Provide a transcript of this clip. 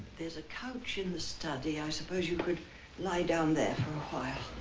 there's a couch in the study. i suppose you could lie down there for a while.